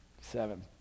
seven